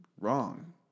wrong